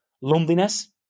Loneliness